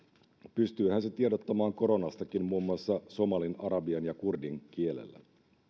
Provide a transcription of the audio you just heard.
pystyyhän se tiedottamaan koronastakin muun muassa somalin arabian ja kurdin kielellä